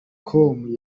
com